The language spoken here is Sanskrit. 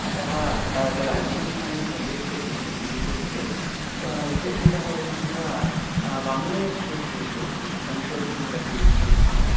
अतः तदनुसन्धानं सर्वेषु अपि क्षेत्रेषु भवेत् विशेषतया वयमत्र वाङ्मयक्षेत्रेषु संशोधनं कर्तुमिच्छामः